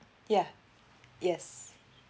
yeah yes